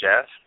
Jeff